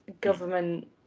government